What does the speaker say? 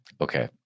Okay